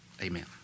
Amen